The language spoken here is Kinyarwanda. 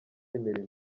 imirimo